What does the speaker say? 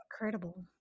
incredible